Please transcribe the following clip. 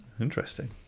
Interesting